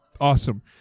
Awesome